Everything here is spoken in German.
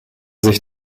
sich